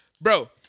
Bro